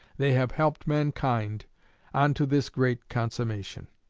they have helped mankind on to this great consummation